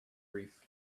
reef